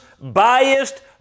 biased